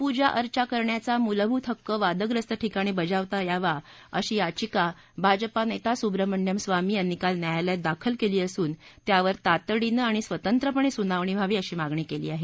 पूजा अर्चा करण्याचा मूलभूत हक्क वादग्रस्त ठिकाणी बजावता यावा अशी याचिका भाजपा नेता सुब्रमण्यम स्वामी यांनी काल न्यायालयात दाखल केली असून त्यावर तातडीनं आणि स्वतंत्रपणे सुनावणी व्हावी अशी मागणी केली आहे